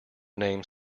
name